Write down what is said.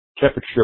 temperature